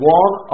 one